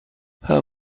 her